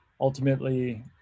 ultimately